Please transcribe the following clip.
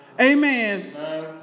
Amen